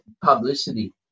publicity